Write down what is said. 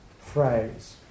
phrase